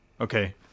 Okay